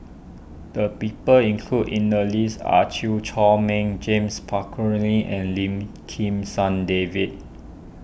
the people included in the list are Chew Chor Meng James Puthucheary and Lim Kim San David